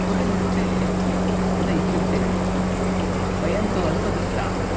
कुतयुक्ते कुत इत्युक्ते वयन्तु अल्पतृप्ताः